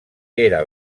era